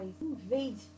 invade